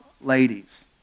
ladies